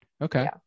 Okay